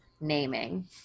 naming